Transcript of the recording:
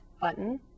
button